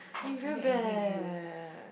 you very bad eh